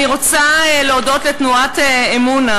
אני רוצה להודות לתנועת "אמונה,